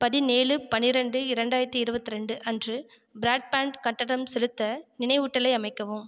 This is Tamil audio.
பதினேழு பன்னிரண்டு இரண்டாயிரத்தி இருபத்தி இரண்டு அன்று பிராட்பேண்ட் கட்டணம் செலுத்த நினைவூட்டலை அமைக்கவும்